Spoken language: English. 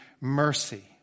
mercy